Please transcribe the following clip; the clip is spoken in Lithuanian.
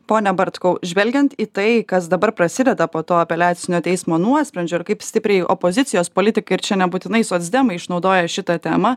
pone bartkau žvelgiant į tai kas dabar prasideda po to apeliacinio teismo nuosprendžio ir kaip stipriai opozicijos politikai ir čia nebūtinai socdemai išnaudoja šitą temą